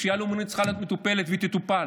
פשיעה לאומנית צריכה להיות מטופלת, והיא תטופל.